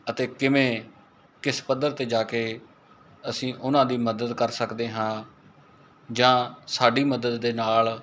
ਅਤੇ ਕਿਵੇਂ ਕਿਸ ਪੱਧਰ 'ਤੇ ਜਾ ਕੇ ਅਸੀਂ ਉਹਨਾਂ ਦੀ ਮਦਦ ਕਰ ਸਕਦੇ ਹਾਂ ਜਾਂ ਸਾਡੀ ਮਦਦ ਦੇ ਨਾਲ